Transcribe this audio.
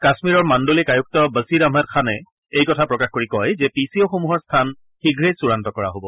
কাশ্মীৰৰ মাণ্ডলিক আয়ুক্ত বছিৰ আহমেদ খানে এই কথা প্ৰকাশ কৰি কয় যে পি চি অ'সমূহৰ স্থান শীয়ে চড়ান্ত কৰা হ'ব